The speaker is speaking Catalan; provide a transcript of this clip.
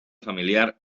familiar